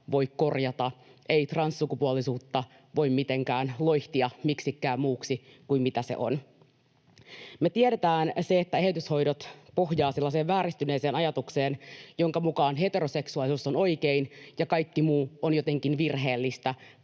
voi korjata. Ei transsukupuolisuutta voi mitenkään loihtia miksikään muuksi kuin mitä se on. Me tiedetään, että eheytyshoidot pohjaavat sellaiseen vääristyneeseen ajatukseen, jonka mukaan heteroseksuaalisuus on oikein ja kaikki muu on jotenkin virheellistä,